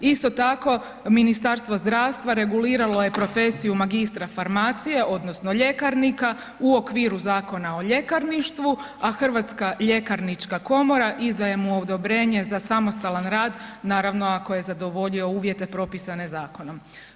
Isto tako Ministarstvo zdravstva reguliralo je profesiju magistra farmacije odnosno ljekarnika u okviru Zakona o ljekarništvu, a Hrvatska ljekarnička komora izdaje mu odobrenje za samostalan rad, naravno ako je zadovoljio uvjete propisane zakonom.